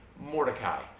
Mordecai